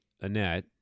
Annette